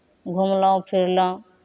घुमलहुँ फिरलहुँ